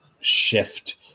shift